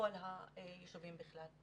ובכל היישובים בכלל.